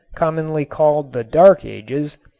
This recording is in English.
commonly called the dark ages,